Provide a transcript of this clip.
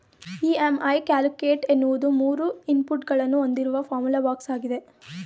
EMI calculator ಎನ್ನುವುದು ಮೂರು input ಗಳನ್ನು ಹೊಂದಿರುವ ಫಾರ್ಮುಲಾ ಬಾಕ್ಸ್ ಆಗಿದೆ